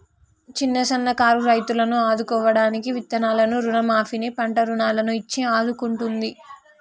చిన్న సన్న కారు రైతులను ఆదుకోడానికి విత్తనాలను రుణ మాఫీ ని, పంట రుణాలను ఇచ్చి ఆడుకుంటుంది